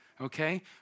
Okay